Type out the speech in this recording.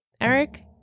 Eric